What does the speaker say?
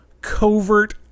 Covert